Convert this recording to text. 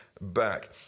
back